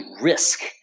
risk